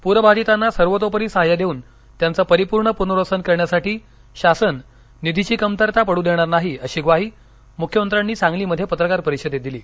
पूख्याधितांना सर्वतोपरी सहाय्य देऊन त्यांचं परिपूर्ण पुनर्वसन करण्यासाठी शासन निधीची कमतरता पडू देणार नाही अशी ग्वाही मुख्यमंत्र्यांनी सांगलीमध्ये पत्रकार परिषदेत दिली